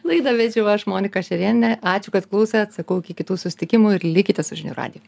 laidą vedžiau aš monika šerėnienė ačiū kad klausėt sakau iki kitų susitikimų ir likite su žinių radiju